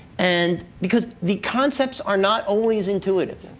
and because the concepts are not always intuitive.